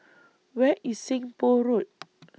Where IS Seng Poh Road